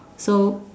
so